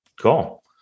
cool